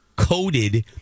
Coated